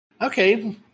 okay